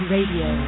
Radio